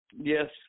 yes